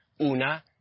Una